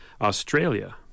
Australia